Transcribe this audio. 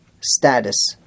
status